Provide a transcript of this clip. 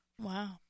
Wow